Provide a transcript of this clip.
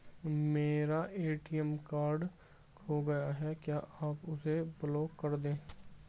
मेरा ATM card खो गया है क्या आप उसे ब्लॉक कर देंगे?